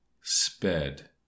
sped